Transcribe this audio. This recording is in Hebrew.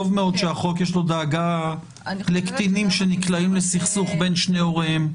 טוב מאוד שהחוק יש לו דאגה לקטינים שנקלעים לסכסוך בין שני הוריהם.